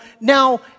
now